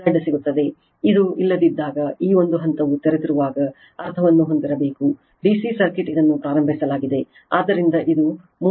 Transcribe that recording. ನಂತರ ಸಮಾನ ಸರ್ಕ್ಯೂಟ್ ಈ V